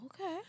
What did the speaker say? Okay